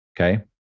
Okay